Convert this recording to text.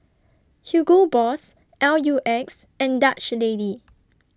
Hugo Boss L U X and Dutch Lady